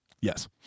Yes